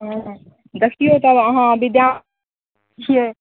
हँ देखिऔ तब अहाँ विद्यार्थी छियै